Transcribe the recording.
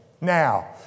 Now